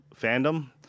fandom